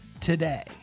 today